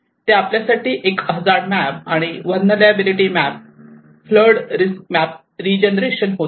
ते आपल्यासाठी एक हजार्ड मॅप आणि vulnerability map flood risk map regeneration होते